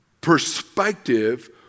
perspective